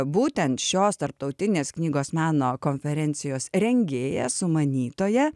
būtent šios tarptautinės knygos meno konferencijos rengėja sumanytoja